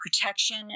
protection